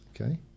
Okay